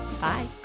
Bye